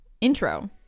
Intro